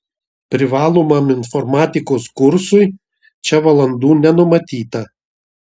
privalomam informatikos kursui čia valandų nenumatyta